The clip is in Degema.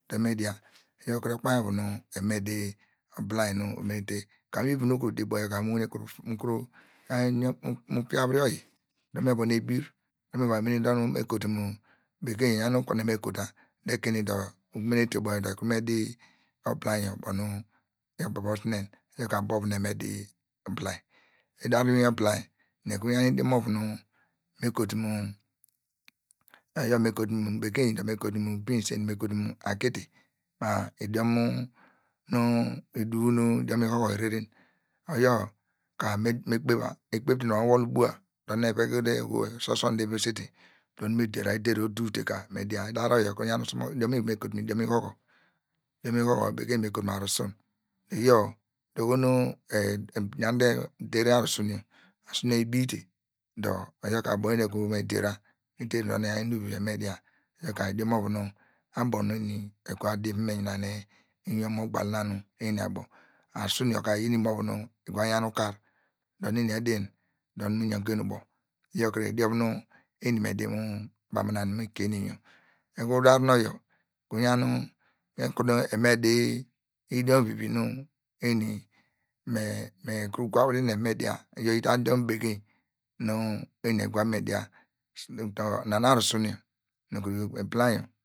Dor me dia dor oyor okuru ukpev ovu nu di obilaing, kemifu nu ukuru di ubo yor ka mu kuru ya yin, mu fiavire oyi dor nu me yon ebirme va me dor nu me kotu mu, bekeing eijan oleumi me kotu mu enu ekein nem dir emenete ubo yor dor ekurn me di ubilanye ubo nu ibobosemen oyor ka ubo vu nu eva me di obilaing edar nu inwin obilaing eni ekuru yan idiom ovu nu me kotu mu oyor me kotu mu bekeny me kotu mu beans eni me okotu mu akidi ma idiom ihohor ireren iyir ka me kpeva ekpey te dor mo wol ubua dor nu eveke te, usoson de uvire sete dor nu me dera edere odur te ka me dia edar nu oyor eni ekuru yan idun oun nu me kotua mu idiom lhohor, idun ihohor bekerig me kotuam mu arusun, iyor dor ohonu udere arusun yor, asusun yor ibite dor, iyor ka ibiyo nu ekuru von me dera, ederi dor nu evor inum vivi eva me dia, iyor ka idiori ovu nu eni eswa di va me yanene inyor mu banu eni abo, arusun yor ka iyin nu imovu nu isa yanukar nu eni ubo iyor kre idiom nu bonu bana nu mi kie eni muger ukunu dar nu oyor okuru yon nu ekuru eva me di idiom vivi nu eni me ekuru gwa vren wa eva me dir iyor iyo tu idiom bekeny nu egua vwlen me dia ina nu arusun yor nu kuru ibilaing